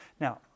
Now